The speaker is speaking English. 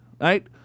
right